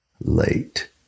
late